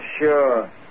Sure